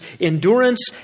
endurance